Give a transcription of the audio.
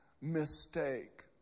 mistake